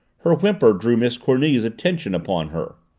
her whimper drew miss cornelia's attention upon her.